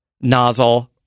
nozzle